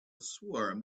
swarm